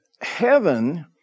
heaven